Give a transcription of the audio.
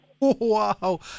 Wow